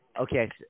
okay